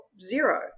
zero